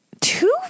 Two